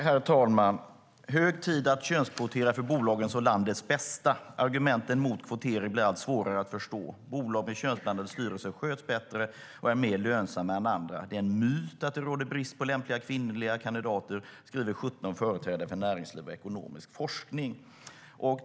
Herr talman! "Hög tid att könskvotera för bolagens och landets bästa." "Argumenten emot kvotering blir allt svårare att förstå. Bolag med könsblandade styrelser sköts bättre och är mer lönsamma än andra, och det är en myt att det råder brist på lämpliga kvinnliga kandidater." Det skriver 17 företrädare för näringsliv och ekonomisk forskning.